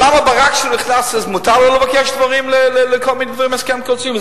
למה כשברק נכנס מותר לו לבקש לכל מיני דברים בהסכמים קואליציוניים,